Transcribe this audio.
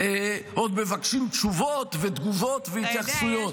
עוד מבקשים תשובות ותגובות והתייחסויות.